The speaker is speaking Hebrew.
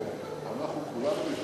ואנחנו כולנו,